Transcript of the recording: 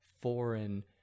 foreign